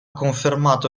confermato